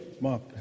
Mark